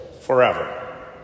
forever